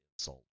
insult